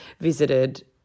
visited